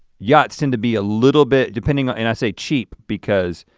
yachts seem to be a little bit depending on, and i say cheap because